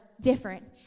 different